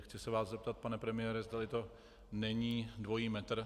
Chci se vás zeptat, pane premiére, zdali to není dvojí metr.